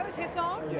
his song?